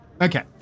Okay